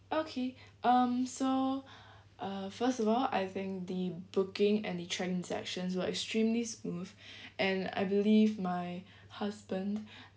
okay um so uh first of all I think the booking and the transactions were extremely smooth and I believe my husband